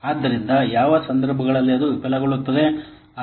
ಆದ್ದರಿಂದ ಯಾವ ಸಂದರ್ಭಗಳಲ್ಲಿ ಅದು ವಿಫಲಗೊಳ್ಳುತ್ತದೆ